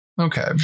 okay